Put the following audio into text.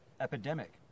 epidemic